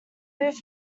move